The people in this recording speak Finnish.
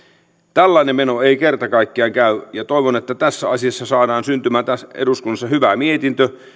tällainen meno ei kerta kaikkiaan käy toivon että tässä asiassa saadaan syntymään eduskunnassa hyvä mietintö